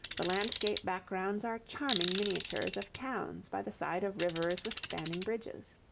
the landscape backgrounds are charming miniatures of towns by the side of rivers with spanning bridges.